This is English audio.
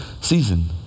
season